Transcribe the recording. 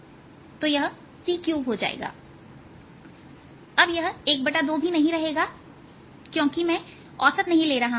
यहc3हो जाएगाअब यह ½ भी नहीं रहेगा क्योंकि मैं औसत नहीं ले रहा हूं